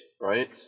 right